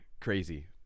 crazy